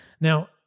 Now